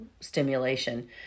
stimulation